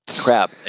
Crap